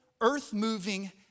earth-moving